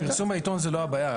הפרסום בעיתון זה לא הבעיה.